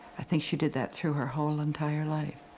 i think she did that through her whole entire life.